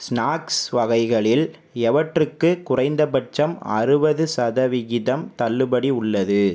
snacks வகைகளில் எவற்றுக்கு குறைந்தபட்சம் அறுபது சதவிகிதம் தள்ளுபடி உள்ளது